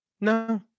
No